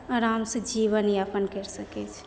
आराम से जीबनयापन करि सकैत छै